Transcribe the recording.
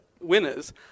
winners